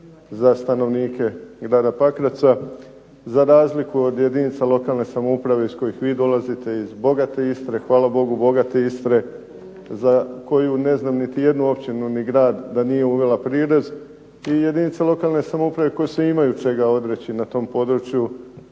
za stanovnike grada Pakraca, za razliku od jedinica lokalne samouprave iz kojih vi dolazite iz bogate Istre, hvala Bogu bogate Istre za koju ne znam niti jednu općinu ni grad da nije uvela prirez. I jedinice lokalne samouprave koje se imaju čega odreći na tom području